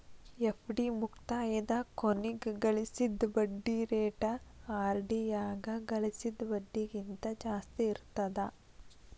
FD ಮುಕ್ತಾಯದ ಕೊನಿಗ್ ಗಳಿಸಿದ್ ಬಡ್ಡಿ ರೇಟ ಆರ್.ಡಿ ಯಾಗ ಗಳಿಸಿದ್ ಬಡ್ಡಿಗಿಂತ ಜಾಸ್ತಿ ಇರ್ತದಾ